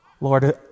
Lord